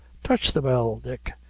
touch the bell, dick!